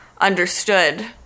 understood